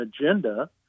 agenda